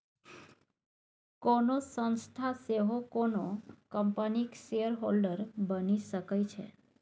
कोनो संस्था सेहो कोनो कंपनीक शेयरहोल्डर बनि सकै छै